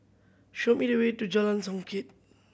show me the way to Jalan Songket